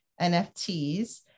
NFTs